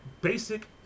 basic